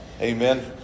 Amen